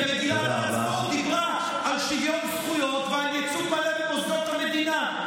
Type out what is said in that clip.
כי מגילת העצמאות דיברה על שוויון זכויות ועל ייצוג מלא במוסדות המדינה.